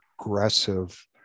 aggressive